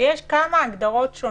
שיש כמה הגדרות שונות.